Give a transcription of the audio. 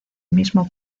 mismo